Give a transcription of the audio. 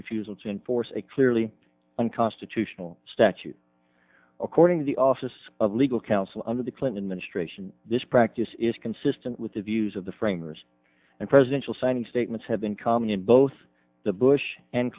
refusal to enforce a clearly unconstitutional statute according to the office of legal counsel under the clinton administration this practice is consistent with the views of the framers and presidential signing statements have been common in both the bush and